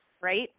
right